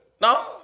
No